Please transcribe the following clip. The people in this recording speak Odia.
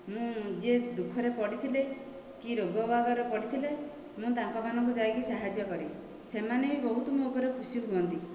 ମୁଁ ଯିଏ ଦୁଃଖରେ ପଡ଼ିଥିଲେ କି ରୋଗ ବାଗରେ ପଡ଼ିଥିଲେ ମୁଁ ତାଙ୍କ ମାନଙ୍କୁ ଯାଇକି ସାହାଯ୍ୟ କରେ ସେମାନେ ବି ବହୁତ ମୋ ଉପରେ ଖୁସି ହୁଅନ୍ତି